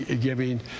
giving